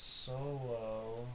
Solo